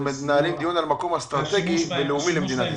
אנחנו מנהלים דיון על מקום לאומי ואסטרטגי למדינת ישראל.